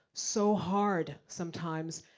so hard sometimes,